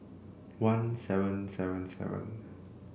one seven seven seven